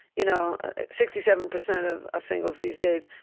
you know sixty-seven percent of ah singles, these days,